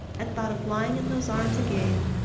at thought of lying in those arms again,